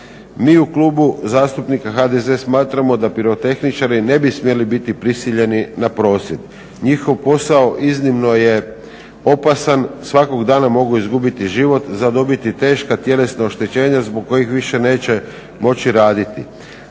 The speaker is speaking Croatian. Mi u Klubu zastupnika HDZ-a smatramo da pirotehničari ne bi smjeli biti prisiljeni na prosvjed. Njihov posao iznimno je opasan, svakog dana mogu izgubiti život, zadobiti teška tjelesna oštećenja zbog kojih više neće moći raditi.